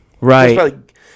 Right